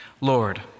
Lord